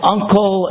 Uncle